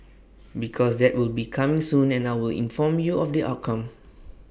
because that will be coming soon and I will inform you of the outcome